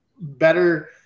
better